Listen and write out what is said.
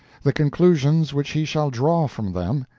the conclusions which he shall draw from them,